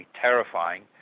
terrifying